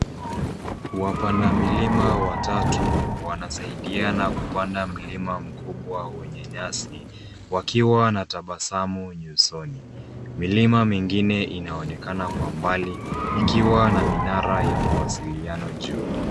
Wapanda milima watatu wanasaidiana kupanda mlima mkubwa wenye nyasi, wakiwa na tabasamu nyusoni. Milima mingine inaonekana kwa mbali, ikiwa na minara ya mawasiliano juu.